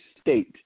state